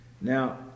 Now